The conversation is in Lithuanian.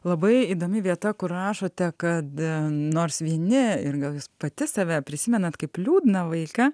labai įdomi vieta kur rašote kad nors vieni ir gal jūs pati save prisimenat kaip liūdną vaiką